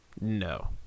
No